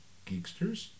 Geeksters